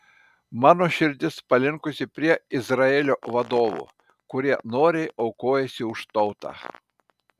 mano širdis palinkusi prie izraelio vadovų kurie noriai aukojasi už tautą